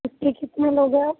پیسے کتنے لو گے آپ